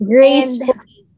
Gracefully